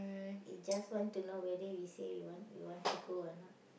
he just want to know whether we say we want we want to go or not